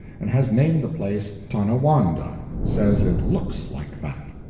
and has named the place tonawanda says it looks like that.